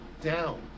down